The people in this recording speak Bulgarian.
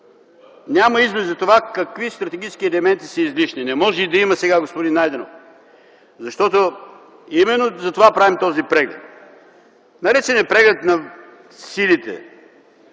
Няма изглед за това какви стратегически елементи са излишни. Но може би има сега, господин Найденов. Именно затова правим този преглед. Наречен е преглед на